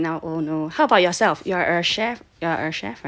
yes correct right but right now oh no or how about yourself you are a chef a chef right